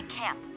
camp